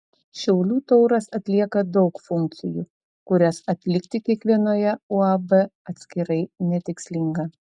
šiaulių tauras atlieka daug funkcijų kurias atlikti kiekvienoje uab atskirai netikslinga